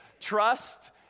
Trust